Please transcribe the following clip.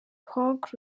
frank